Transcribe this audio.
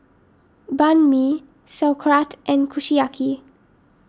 Banh Mi Sauerkraut and Kushiyaki